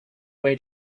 away